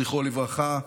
זכרו לברכה,